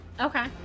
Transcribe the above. Okay